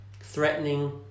threatening